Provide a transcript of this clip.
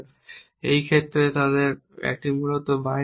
এই ক্ষেত্রে তাদের এখানে মূলত বাইনারি রয়েছে